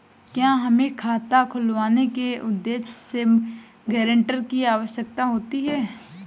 क्या हमें खाता खुलवाने के उद्देश्य से गैरेंटर की आवश्यकता होती है?